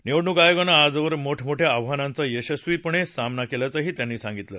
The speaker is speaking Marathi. निवडणूक आयोगानं आजवर मोठमोठ्या आव्हानांचा यशस्वीपणे सामना केल्याचंही त्यांनी सांगितलं